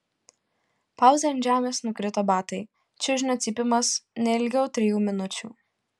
pauzė ant žemės nukrito batai čiužinio cypimas ne ilgiau trijų minučių